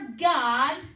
God